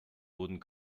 wurden